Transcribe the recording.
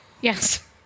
yes